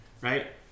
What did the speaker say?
right